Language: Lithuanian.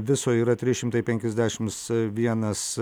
viso yra trys šimtai penkiasdešim vienas